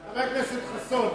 חבר הכנסת חסון,